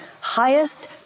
highest